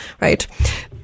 right